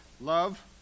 Love